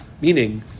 meaning